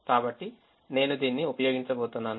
కాబట్టి నేను దీన్ని ఉపయోగించబోతున్నాను